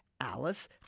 Alice